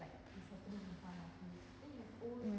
mm